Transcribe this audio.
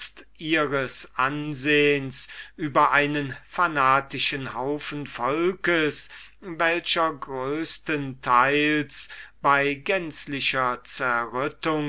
ihres ansehens über einen fanatischen haufen volkes welcher größtenteils bei gänzlicher